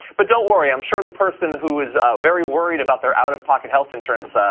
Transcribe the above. but don't worry i'm sure the person who is very worried about their out-of-pocket health insurance, ah